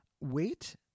wait